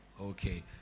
Okay